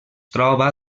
troba